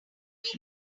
week